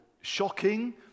shocking